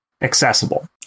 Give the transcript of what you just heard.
accessible